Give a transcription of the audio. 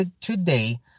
today